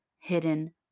hidden